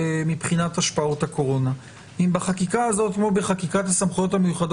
י' לחוק של עיכוב קורונה או הסדר רגיל הוא לא המתווה הנכון,